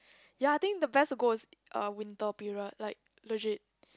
ya I think the best to go is uh winter period like legit